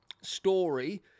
story